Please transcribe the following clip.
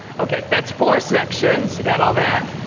okay that's four sections. you got all that?